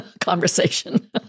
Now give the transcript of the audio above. conversation